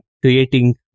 creating